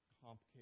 complicated